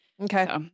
okay